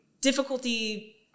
Difficulty